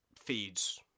feeds